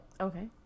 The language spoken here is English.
okay